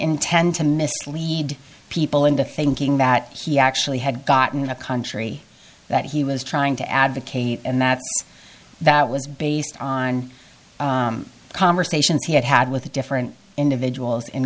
intend to mislead people into thinking that he actually had gotten a country that he was trying to advocate and that that was based on conversations he had had with the different individuals in